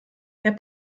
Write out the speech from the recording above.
herr